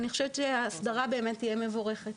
אני חושבת שההסדרה תהיה מבורכת.